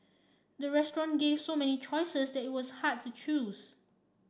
the restaurant gave so many choices that it was hard to choose